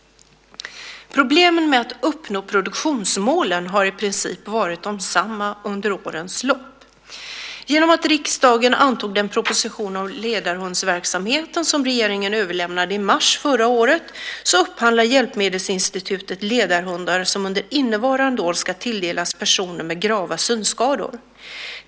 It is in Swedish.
Problemen med att uppnå produktionsmålen har i princip varit desamma under årens lopp. Genom att riksdagen antog den proposition om ledarhundsverksamheten som regeringen överlämnade i mars förra året upphandlar Hjälpmedelsinstitutet ledarhundar som under innevarande år ska tilldelas personer med grava synskador.